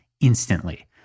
instantly